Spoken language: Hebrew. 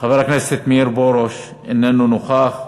חבר הכנסת מאיר פרוש, אינו נוכח,